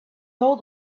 old